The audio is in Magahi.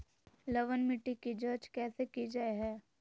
लवन मिट्टी की जच कैसे की जय है?